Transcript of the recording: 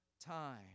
Time